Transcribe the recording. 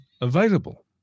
available